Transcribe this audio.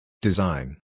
Design